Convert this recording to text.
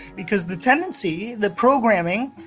because the tendency, the programming,